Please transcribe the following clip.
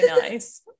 nice